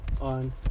on